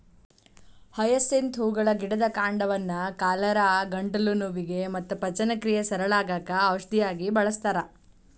hyacinth ಹೂಗಳ ಗಿಡದ ಕಾಂಡವನ್ನ ಕಾಲರಾ, ಗಂಟಲು ನೋವಿಗೆ ಮತ್ತ ಪಚನಕ್ರಿಯೆ ಸರಳ ಆಗಾಕ ಔಷಧಿಯಾಗಿ ಬಳಸ್ತಾರ